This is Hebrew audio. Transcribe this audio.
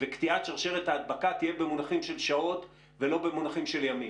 וקטיעת שרשרת ההדבקה תהיה במונחים של שעות ולא במונחים של ימים.